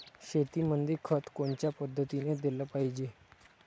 शेतीमंदी खत कोनच्या पद्धतीने देलं पाहिजे?